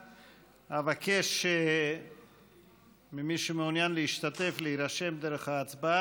בנושא: כוונת הממשלה להאריך את חופשת הקיץ במעונות היום השיקומיים.